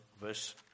verse